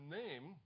name